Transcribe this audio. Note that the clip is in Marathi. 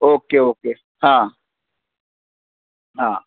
ओक्के ओके हां हां